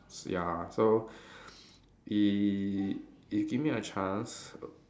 ya so i~ if give me a chance